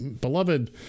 beloved